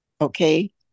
okay